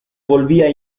volvía